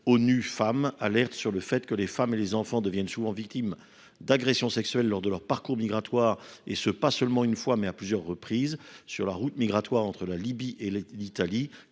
ONU Femmes alerte sur le fait que les femmes et les enfants deviennent souvent victimes d’agressions sexuelles lors de leur parcours migratoire, et ce non seulement une fois, mais à plusieurs reprises. Ainsi, sur la route migratoire entre la Libye et l’Italie,